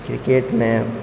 किरकेटमे